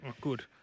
Good